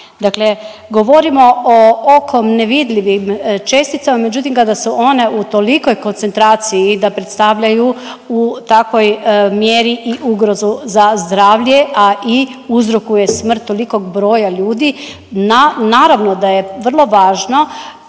Dakle, govorimo o okom nevidljivim česticama, međutim kada su one u tolikoj koncentraciji da predstavljaju u takvoj mjeri i ugrozu za zdravlje, a i uzrokuje smrt tolikog broja ljudi naravno da je vrlo važno